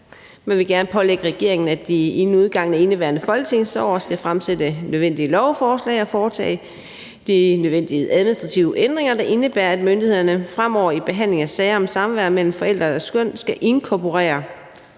Man vil gerne pålægge regeringen, at den inden udgangen af indeværende folketingsår fremsætter de nødvendige lovforslag og foretager de nødvendige administrative ændringer, der indebærer, at myndighederne fremover i behandlingen af sager om samvær mellem forældre og deres børn skal inkorporere